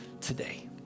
today